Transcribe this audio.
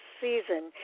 season